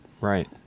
Right